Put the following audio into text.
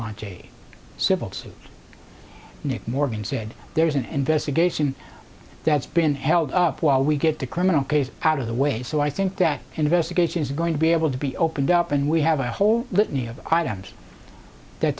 launch a civil suit morgan said there's an investigation that's been held up while we get the criminal case out of the way so i think that investigation is going to be able to be opened up and we have a whole lit